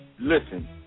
listen